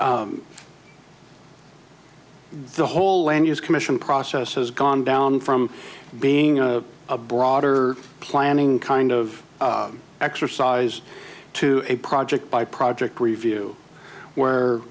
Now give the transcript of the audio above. so the whole land use commission process has gone down from being a broader planning kind of exercise to a project by project review where